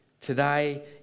today